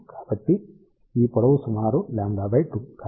కాబట్టి ఈ పొడవు సుమారు λ2